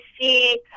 see